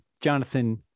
Jonathan